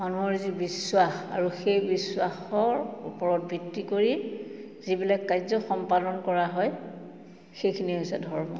মানুহৰ যি বিশ্বাস আৰু সেই বিশ্বাসৰ ওপৰত ভিত্তি কৰি যিবিলাক কাৰ্য সম্পাদন কৰা হয় সেইখিনি হৈছে ধৰ্ম